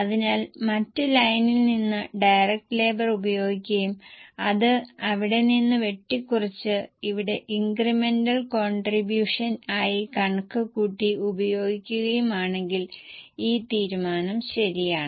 അതിനാൽ മറ്റ് ലൈനിൽ നിന്ന് ഡയറക്റ്റ് ലേബർ ഉപയോഗിക്കുകയും അത് അവിടെ നിന്നു വെട്ടിക്കുറച്ചു ഇവിടെ ഇൻക്രിമെന്റൽ കോണ്ട്രിബൂഷൻ ആയി കണക്ക് കൂട്ടി ഉപയോഗിക്കുകയുമാണെങ്കിൽ ഈ തീരുമാനം ശരിയാണ്